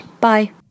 Bye